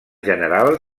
general